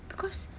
because